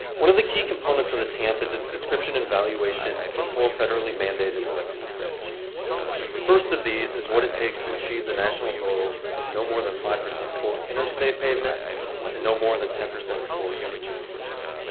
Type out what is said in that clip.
one of the key components of the tamp is its description and valuation of the four federally mandated investment strategies the first of these is what it takes to achieve the national goals of no more than five percent poor interstate pavements and no more than ten percent poor and nhs bridges